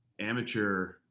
amateur